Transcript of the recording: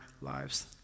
lives